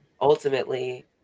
ultimately